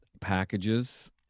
packages